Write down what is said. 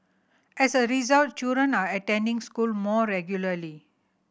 as a result children are attending school more regularly